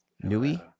Nui